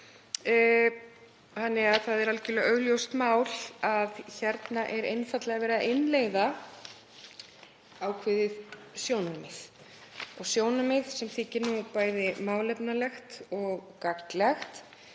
þannig að það er algerlega augljóst að hér er einfaldlega verið að innleiða ákveðið sjónarmið sem þykir bæði málefnalegt og gagnlegt.